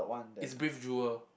is brave jewel